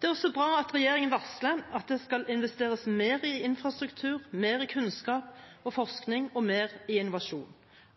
Det er også bra at regjeringen varsler at det skal investeres mer i infrastruktur, mer i kunnskap og forskning og mer i innovasjon.